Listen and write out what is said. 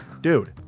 Dude